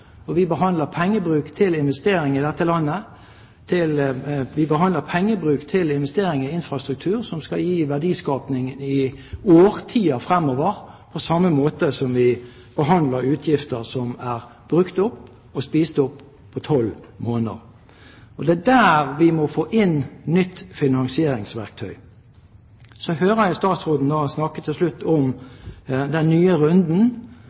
år. Vi behandler pengebruk til investeringer i infrastruktur som skal gi verdiskaping i årtier fremover, på samme måte som vi behandler utgifter som er brukt opp og spist opp på 12 måneder. Det er der vi må få inn nytt finansieringsverktøy. Så hører jeg statsråden til slutt snakke om den nye runden